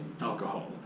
alcohol